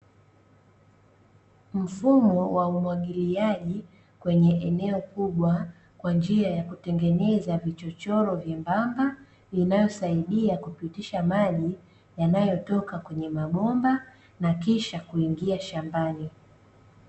Mfumo wa umwagilia kwenye eneo kubwa kes njis ys kutengeneza vichochoro vyembamba vinavyosaidia kupitisha maji yanayotoka kwenye mabomba na kisha kuingia shambani.